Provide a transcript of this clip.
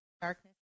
darkness